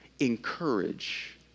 encourage